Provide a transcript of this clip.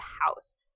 house